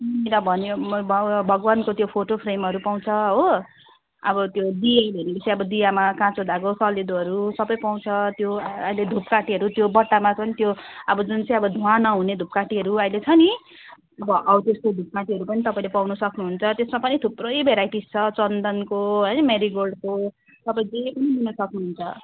भन्यो भ भगवान्को त्यो फोटो फ्रेमहरू पाउँछ हो अब त्यो भनेपछि दीयामा काँचो धागो सलेदोहरू सबै पाउँछ त्यो अहिले धुपकाँटीहरू त्यो बट्टामा पनि त्यो अब जुन चाहिँ अब त्यो धुवाँ नहुने धुपकाँटीहरू अहिले छ नि अब हौ त्यस्तो धुपकाँटीहरू पनि तपाईँले पाउनु सक्नुहुन्छ त्यसमा पनि थुप्रै भेराइटिस् छ चन्दनको है मेरीगोल्डको तपाईँ जे पनि लिन सक्नुहुन्छ